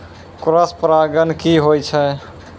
Cross परागण की होय छै?